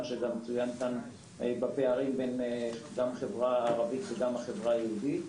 מה שצוין כאן גם בפערים בין החברה הערבית וגם החברה היהודית.